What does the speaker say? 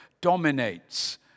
dominates